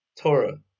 Torah